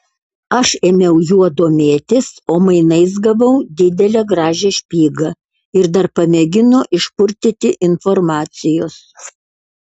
aš ėmiau juo domėtis o mainais gavau didelę gražią špygą ir dar pamėgino išpurtyti informacijos